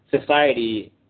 society